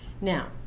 Now